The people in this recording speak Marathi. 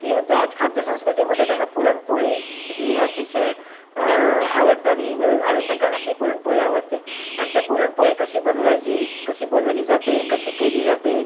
ती त्या खाद्यसंस्कृतीमध्ये त्यांना पुरणपोळी ही अतिशय आवडणारी आहे सगळ्यांनाच ही पुरणपोळी आवडते आणि ते पुरणपोळी कशी बनवायची कशी बनवली जाते कशी केली जाते